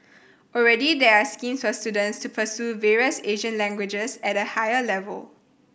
already there are schemes for students to pursue various Asian languages at a higher level